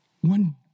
One